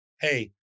Hey